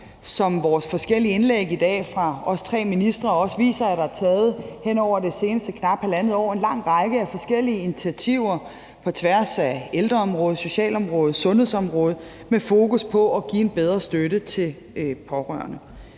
Som vores forskellige indlæg i dag fra os tre ministres side også viser, er der hen over det seneste knap halvandet år taget en lang række forskellige initiativer på tværs af ældreområdet, socialområdet, sundhedsområdet med fokus på at give en bedre støtte til pårørende